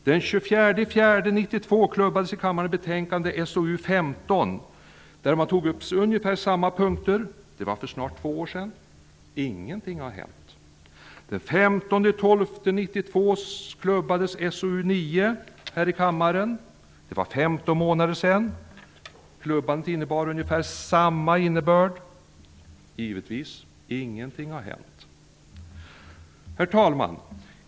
Den 24 april 1992 klubbades i kammaren betänkandet SoU15, där man tog upp ungefär samma punkter. Detta var för snart två år sedan. Ingenting har hänt! Den 15 december 1992 klubbades i kammaren betänkandet SoU9. Detta var för 15 månader sedan. Det innebar ungefär samma sak. Givetvis har ingenting hänt! Herr talman!